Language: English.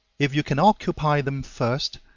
if you can occupy them first,